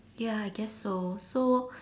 ya I guess so so